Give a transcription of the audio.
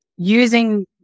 using